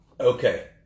Okay